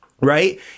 right